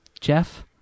Jeff